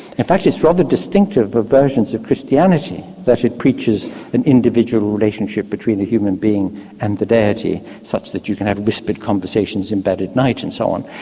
in fact it's rather distinctive of versions of christianity that it preaches an individual relationship between the human being and the deity such that you can have whispered conversations in bed at night and so on.